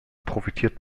profitiert